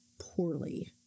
poorly